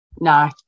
No